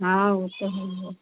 हाँ वह तो है ही है